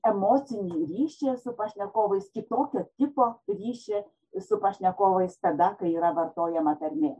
emocinį ryšį su pašnekovais kitokio tipo ryšį su pašnekovais tada kai yra vartojama tarmė